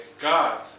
God